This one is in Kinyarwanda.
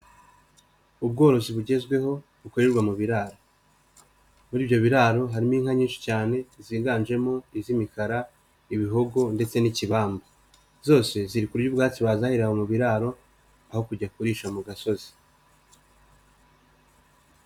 Ubworozi bugezweho bukorerwa mu biraro, muri ibyo biraro harimo inka nyinshi cyane ziganjemo iz'imikara, ibihogo ndetse n'ikibamba, zose ziri kurya ubwatsi bazahiriye aho mu biraro aho kujya kurisha mu gasozi.